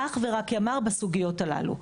אך ורק ימ"ר בסוגיות הללו.